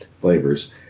flavors